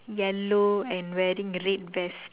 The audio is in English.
yellow and wearing red vest